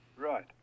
Right